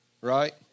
right